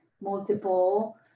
multiple